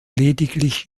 lediglich